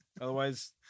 Otherwise